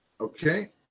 Okay